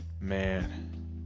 man